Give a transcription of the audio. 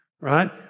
Right